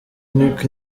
niko